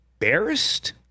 Embarrassed